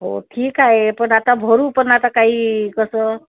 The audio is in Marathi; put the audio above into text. हो ठीक आहे पण आता भरू पण आता काही कसं